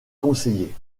conseiller